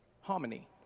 Harmony